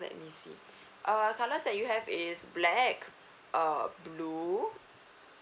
let me see ah colors that you have is black uh blue